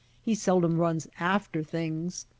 he seldom runs after things,